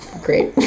great